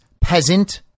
peasant